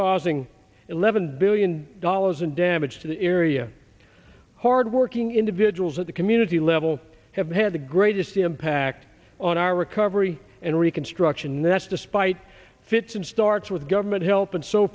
causing eleven billion dollars in damage to the area hard working individuals at the community level have had the greatest impact on our recovery and reconstruction that's despite fits and starts with government help and so